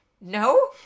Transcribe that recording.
no